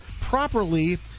properly